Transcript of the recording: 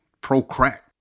pro-crack